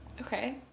Okay